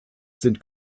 sind